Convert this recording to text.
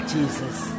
Jesus